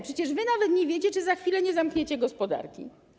Przecież wy nawet nie wiecie, czy za chwilę nie zamkniecie gospodarki.